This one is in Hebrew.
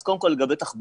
אז קודם כל לגבי תחבורה,